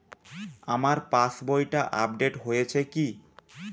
আমার পাশবইটা আপডেট হয়েছে কি?